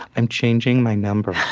i'm changing my number.